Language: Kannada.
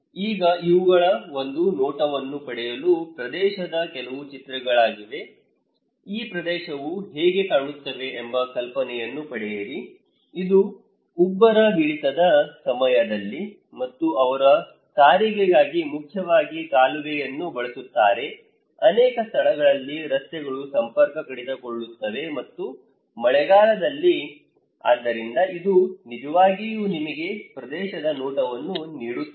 ಈಗ ಇವುಗಳ ಒಂದು ನೋಟವನ್ನು ಪಡೆಯಲು ಪ್ರದೇಶದ ಕೆಲವು ಚಿತ್ರಗಳಾಗಿವೆ ಈ ಪ್ರದೇಶವು ಹೇಗೆ ಕಾಣುತ್ತದೆ ಎಂಬ ಕಲ್ಪನೆಯನ್ನು ಪಡೆಯಿರಿ ಇದು ಉಬ್ಬರವಿಳಿತದ ಸಮಯದಲ್ಲಿ ಮತ್ತು ಅವರು ಸಾರಿಗೆಗಾಗಿ ಮುಖ್ಯವಾಗಿ ಕಾಲುವೆಯನ್ನು ಬಳಸುತ್ತಾರೆ ಅನೇಕ ಸ್ಥಳಗಳಲ್ಲಿ ರಸ್ತೆಗಳು ಸಂಪರ್ಕ ಕಡಿತಗೊಳ್ಳುತ್ತವೆ ಮತ್ತು ಮಳೆಗಾಲದಲ್ಲಿ ಆದ್ದರಿಂದ ಇದು ನಿಜವಾಗಿಯೂ ನಿಮಗೆ ಪ್ರದೇಶದ ನೋಟವನ್ನು ನೀಡುತ್ತದೆ